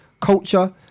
culture